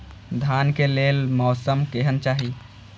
धान के लेल मौसम केहन चाहि?